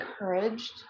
encouraged